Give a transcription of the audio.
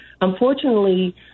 Unfortunately